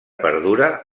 perdura